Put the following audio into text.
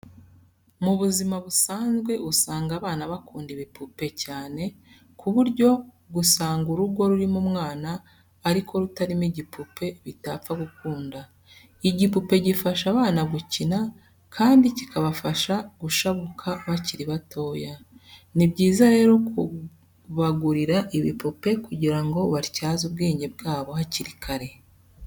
Mu buzima busanzwe usanga abana bakunda ibipupe cyane ku buryo gusanga urugo rurimo umwana ariko rutarimo igipupe bitapfa gukunda. Igipupe gifasha abana gukina kandi kikabafasha gushabuka bakiri batoya. Ni byiza rero kubagurira ibipupe kugira ngo batyaze ubwenge bwabo hakiri kare.